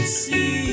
see